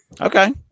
Okay